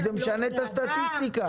זה משנה את הסטטיסטיקה.